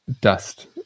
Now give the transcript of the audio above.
dust